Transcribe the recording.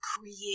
create